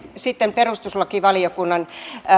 sitten perustuslakivaliokunnan